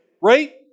right